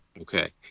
okay